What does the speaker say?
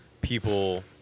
people